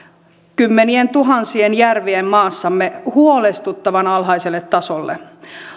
kymmenientuhansien järvien maassamme huolestuttavan alhaiselle tasolle